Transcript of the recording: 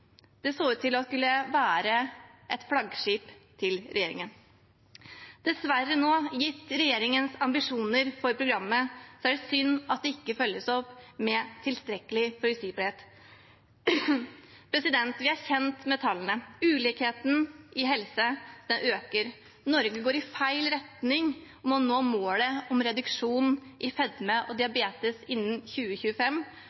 Det så ut til å skulle være et flaggskip for regjeringen. Gitt regjeringens ambisjoner for programmet er det synd at det ikke følges opp med tilstrekkelig forutsigbarhet. Vi er kjent med tallene. Ulikheten i helse øker. Norge går i feil retning når det gjelder å nå målet om reduksjon i fedme og